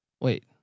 Wait